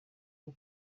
ngo